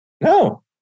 no